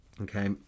Okay